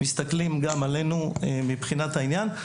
מסתכלים גם עלינו מבחינת העניין.